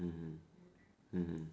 mmhmm mmhmm